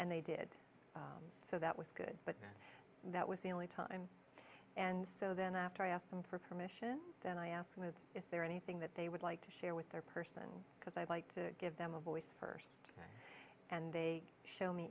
and they did so that was good but that was the only time and so then after i asked them for permission then i asked moves is there anything that they would like to share with their person because i'd like to give them a voice first and they show me